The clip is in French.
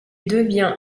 devient